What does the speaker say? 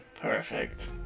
Perfect